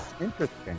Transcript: Interesting